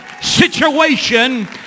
situation